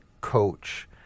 coach